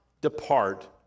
depart